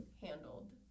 handled